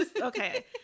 Okay